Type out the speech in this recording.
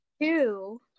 two